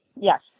Yes